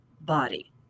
body